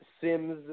Sims